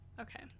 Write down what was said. Okay